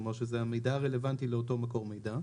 כלומר, שזה המידע הרלוונטי לאותו מקור מידע.